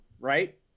Right